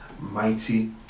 mighty